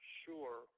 sure